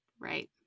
Right